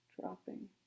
dropping